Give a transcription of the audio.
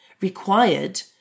required